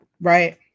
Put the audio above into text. right